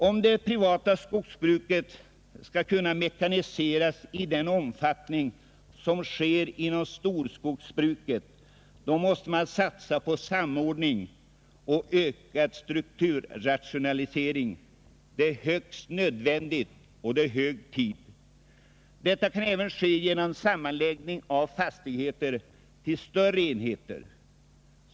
Om det privata skogsbruket skall kunna mekaniseras i den omfattning som sker inom storskogsbruket, måste man satsa på samordning och ökad strukturrationalisering. Det är högst nödvändigt, och det är hög tid. Detta kan även ske genom sammanläggning av fastigheter till större enheter.